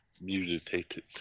mutated